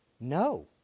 No